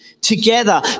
together